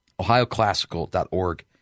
OhioClassical.org